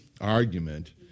argument